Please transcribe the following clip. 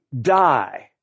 die